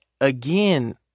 Again